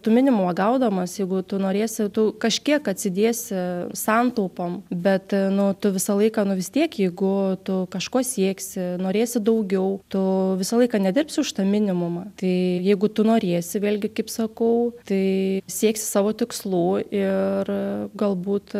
tu minimumą gaudamas jeigu tu norėsi tu kažkiek atsidėsi santaupom bet nu tų visą laiką nu vis tiek jeigu tu kažko sieksi norėsi daugiau tu visą laiką nedirbsi už tą minimumą tai jeigu tu norėsi vėlgi kaip sakau tai sieksi savo tikslų ir galbūt